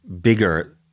bigger